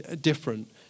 different